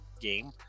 game